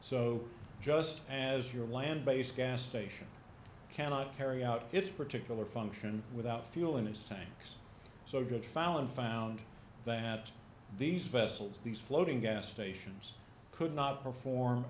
so just as your land based gas station cannot carry out its particular function without fuel in its tanks so did found found that these vessels these floating gas stations could not perform